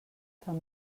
fan